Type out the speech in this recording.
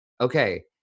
okay